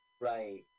Right